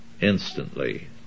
instantly